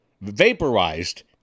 vaporized